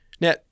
now